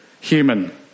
human